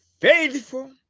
faithful